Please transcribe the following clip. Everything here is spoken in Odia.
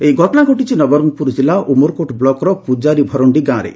ଏଭଳି ଘଟଶା ଘଟିଛି ନବରଙ୍ଙପୁର ଜିଲ୍ଲା ଉମରକୋଟ ବ୍ଲକର ପୂଜାରୀଭରଣ୍ଡି ଗାଁରେ